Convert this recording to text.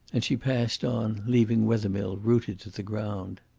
and she passed on, leaving wethermill rooted to the ground.